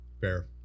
Fair